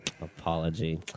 Apology